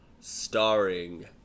Starring